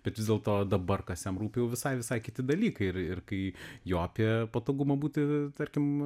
bet vis dėlto dabar kas jam rūpi jau visai visai kiti dalykai ir ir kai jo apie patogumą būti tarkim